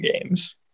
games